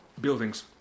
buildings